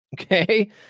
Okay